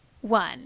one